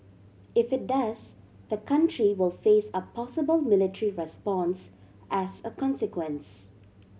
if it does the country will face a possible military response as a consequence